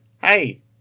Hey